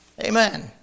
Amen